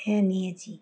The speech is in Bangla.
হ্যাঁ নিয়েছি